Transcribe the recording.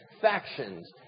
factions